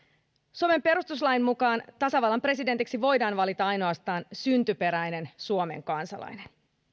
suomen perustuslain mukaan tasavallan presidentiksi voidaan valita ainoastaan syntyperäinen suomen kansalainen